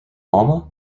alma